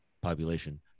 population